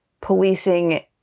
policing